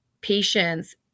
patients